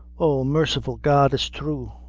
oh, merciful god, it's thrue!